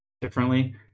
differently